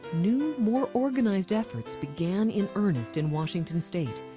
new, more organized efforts began in earnest in washington state.